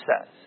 says